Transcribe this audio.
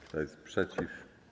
Kto jest przeciw?